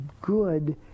good